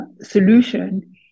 solution